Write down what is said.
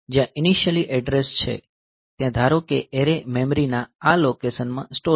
જ્યાં initial address છે ત્યાં ધારો કે એરે મેમરીના આ લોકેશન માં સ્ટોર છે